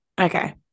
Okay